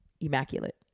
Immaculate